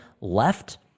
left